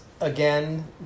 again